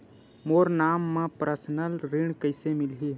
मोर नाम म परसनल ऋण कइसे मिलही?